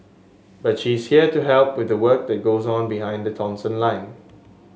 but she's here to help with the work that goes on behind the Thomson line